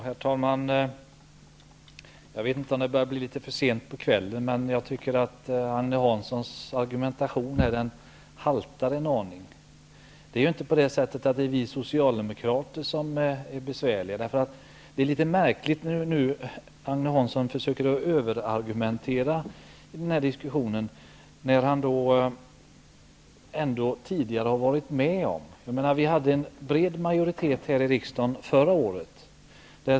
Herr talman! Jag vet inte om det börjar bli litet för sent på kvällen, men jag tycker att Agne Hanssons argumentation haltar en aning. Det är inte vi socialdemokrater som är besvärliga. Det är märkligt när Agne Hansson försöker överargumentera i den här diskussionen. Han har ändå varit med om att det t.ex. var en bred majoritet i riksdagen förra året.